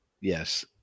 Yes